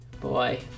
Boy